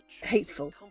hateful